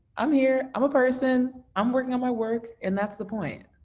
i'm here i'm a person, i'm working on my work and that's the point.